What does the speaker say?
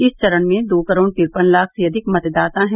इस चरण में दो करोड़ तिरपन लाख से अधिक मतदाता हैं